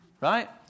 right